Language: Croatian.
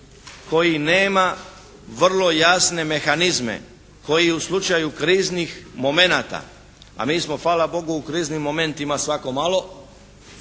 koji nema vrlo jasne mehanizme koji u slučaju kriznih momenata a mi smo fala Bogu u kriznim momentima svako malo,